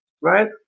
right